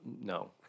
No